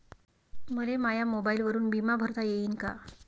मले माया मोबाईलवरून बिमा भरता येईन का?